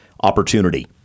opportunity